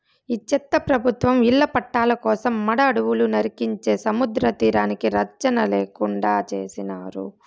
ఈ చెత్త ప్రభుత్వం ఇళ్ల పట్టాల కోసం మడ అడవులు నరికించే సముద్రతీరానికి రచ్చన లేకుండా చేసినారు